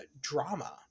drama